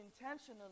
intentionally